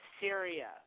Syria